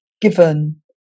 given